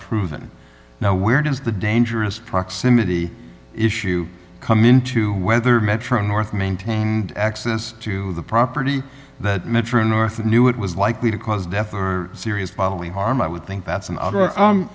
proven now where does the dangerous proximity issue come into whether metro north maintained access to the property that metro north knew it was likely to cause death or serious bodily harm i would think that's an